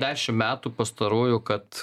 dešim metų pastarųjų kad